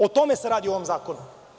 O tome se radi u ovom zakonu.